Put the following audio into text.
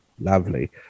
Lovely